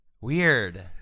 Weird